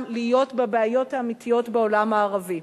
להיות בבעיות האמיתיות בעולם הערבי.